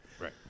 Right